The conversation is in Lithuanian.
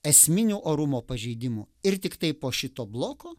esminių orumo pažeidimų ir tiktai po šito bloko